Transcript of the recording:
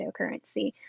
cryptocurrency